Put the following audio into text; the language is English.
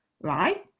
right